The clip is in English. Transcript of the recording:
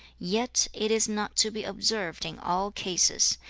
yet it is not to be observed in all cases.